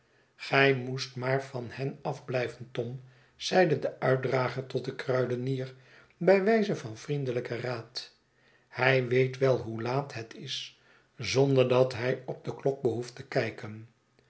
gij moest maar van hem afblijven tom zeide de uitdrager tot den kruidenier bij wijze van vriendelijken raad hij weet wel hoe laat het is zonder dat hij op de klok behoeft te kijken